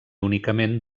únicament